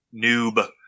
noob